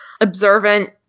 observant